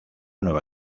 nueva